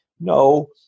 no